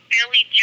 Billy